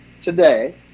today